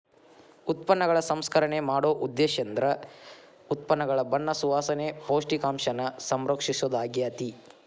ಉತ್ಪನ್ನಗಳ ಸಂಸ್ಕರಣೆ ಮಾಡೊ ಉದ್ದೇಶೇಂದ್ರ ಉತ್ಪನ್ನಗಳ ಬಣ್ಣ ಸುವಾಸನೆ, ಪೌಷ್ಟಿಕಾಂಶನ ಸಂರಕ್ಷಿಸೊದಾಗ್ಯಾತಿ